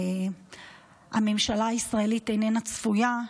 הממשלה הישראלית איננה צפויה,